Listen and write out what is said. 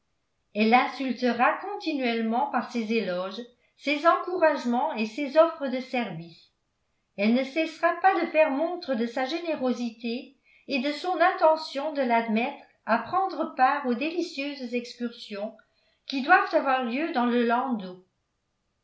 elle l'insultera continuellement par ses éloges ses encouragements et ses offres de service elle ne cessera pas de faire montre de sa générosité et de son intention de l'admettre à prendre part aux délicieuses excursions qui doivent avoir lieu dans le landau